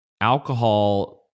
Alcohol